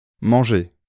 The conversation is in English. Manger